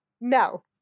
No